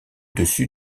dessus